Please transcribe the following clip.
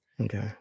Okay